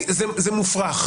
יוצרת הסדר שהוא הרבה פחות מאוזן.